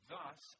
Thus